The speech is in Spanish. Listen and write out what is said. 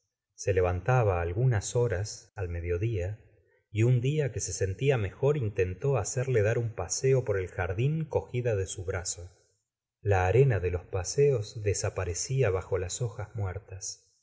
se levantaba alhunas horas al mediodía y un día que se sentia mejor intentó hacerle dar un paseo por el jardín cogida de su brazo la arena de los paseos desaparecía bajo las hojas muertas